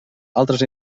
altres